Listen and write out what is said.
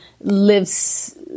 lives